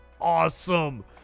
awesome